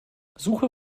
suche